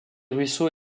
ruisseaux